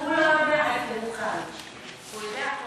הוא לא יודע איפה הוא חי.